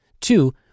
Two